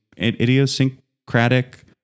idiosyncratic